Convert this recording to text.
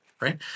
right